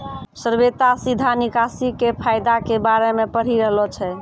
श्वेता सीधा निकासी के फायदा के बारे मे पढ़ि रहलो छै